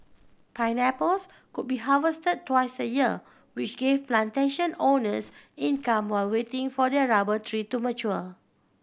pineapples could be harvested twice a year which gave plantation owners income while waiting for their rubber trees to mature